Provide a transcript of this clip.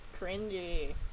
Cringy